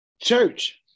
church